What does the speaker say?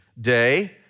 Day